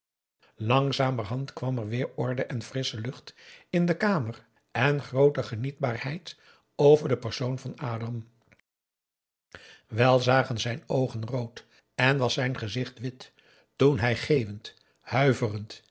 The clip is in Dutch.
langzamerhand kwam er weer orde en frissche lucht in de kamer en grooter genietbaarheid over den persoon van adam wel zagen zijn oogen rood en was zijn gezicht wit toen hij geeuwend huiverend